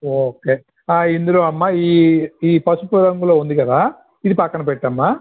okay ఆ ఇందులో అమ్మ ఈ పసుపు రంగులో ఉందికదా ఇది పక్కన పెట్టమ్మా